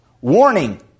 warning